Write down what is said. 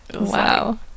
wow